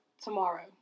tomorrow